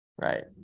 Right